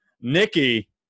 Nikki